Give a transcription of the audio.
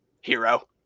hero